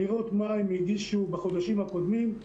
לראות מה הם הגישו בחודשים הקודמים,